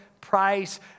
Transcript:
price